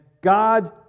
God